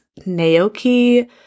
Naoki